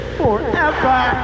forever